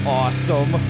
awesome